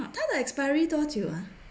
他的 expiry 多久啊